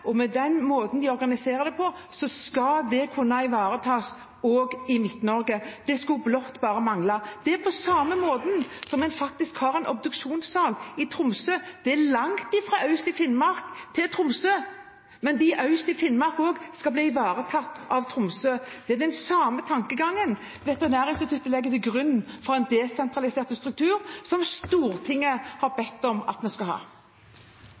at med de prøvene og den måten vi organiserer det på, skal det kunne ivaretas også i Midt-Norge. Det skulle bare mangle. Det er på samme måten som en faktisk har obduksjonssal i Tromsø. Det er langt fra øst i Finnmark til Tromsø, men også de øst i Finnmark skal bli ivaretatt av Tromsø. Det er den samme tankegangen Veterinærinstituttet legger til grunn for en desentralisert struktur, som Stortinget har bedt om at vi skal ha.